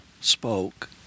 spoke